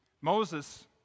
Moses